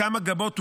כמה גבות הורמו,